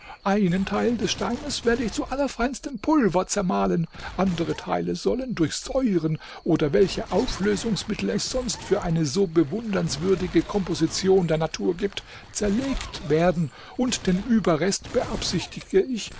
einen teil des steines werde ich zu allerfeinstem pulver zermahlen andere teile sollen durch säuren oder welche auflösungsmittel es sonst für eine so bewunderungswürdige komposition der natur gibt zerlegt werden und den überrest beabsichtige ich